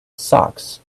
sucks